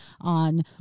on